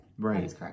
right